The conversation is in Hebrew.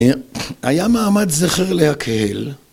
היה מעמד זכר להקהל.